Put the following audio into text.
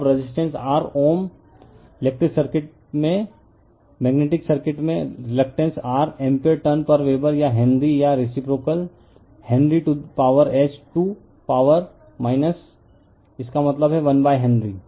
अब resistance R ohm electric circuit में पर मैग्नेटिक सर्किट में reluctance R ampere turn per weber या हेनरी या reciprocal refer time 1603 henry to power H 2 power इसका मतलब है 1 हेनरी